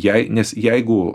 jei nes jeigu